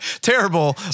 terrible